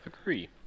agree